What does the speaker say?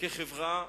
כחברה,